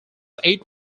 eight